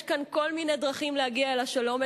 יש כאן כל מיני דרכים להגיע אל השלום,